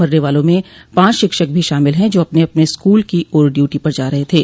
मरने वालों में पाँच शिक्षक भी शामिल हैं जो अपने अपने स्कूल की ओर डयूटी पर जा रहे थे